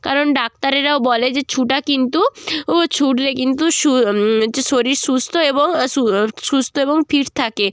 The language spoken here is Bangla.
কারণ ডাক্তারেরাও বলে যে ছোটা কিন্তু উ ছুটলে কিন্তু সু হচ্ছে শরীর সুস্থ এবং সু সুস্থ এবং ফিট থাকে